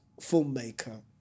filmmaker